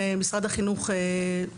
היא טענת הבירוקרטיה.